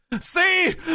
See